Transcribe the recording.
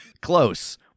Close